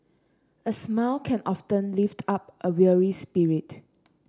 a smile can often lift up a weary spirit